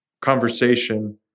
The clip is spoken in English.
conversation